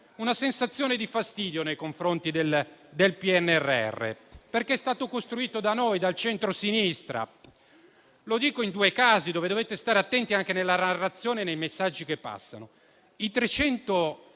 una sensazione di fastidio nei confronti del PNRR, perché è stato costruito da noi, dal centrosinistra. Lo dico in riferimento a due casi rispetto ai quali dovete stare attenti anche nella narrazione e nei messaggi che passano: mi